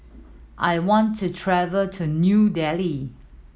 I want to travel to New Delhi